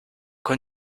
quoi